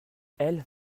elles